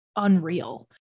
unreal